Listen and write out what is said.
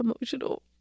emotional